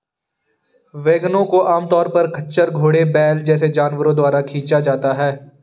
वैगनों को आमतौर पर खच्चर, घोड़े, बैल जैसे जानवरों द्वारा खींचा जाता है